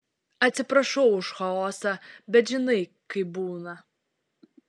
atsiprašau už chaosą bet žinai kaip būna